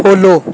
follow